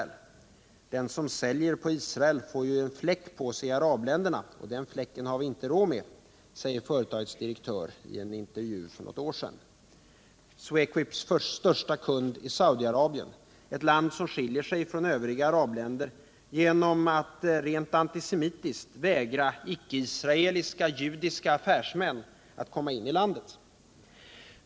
”Den med Israel som säljer på Israel får ju en fläck på sig i arabländerna och den fläcken har vi inte råd med”, säger företagets direktör i en intervju för något år sedan. Swequips största kund är Saudi-Arabien — ett land som skiljer sig från övriga arabländer genom att rent antisemitiskt vägra icke-israeliska judiska affärsmän att komma in i landet.